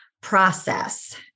process